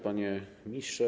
Panie Ministrze!